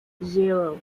zero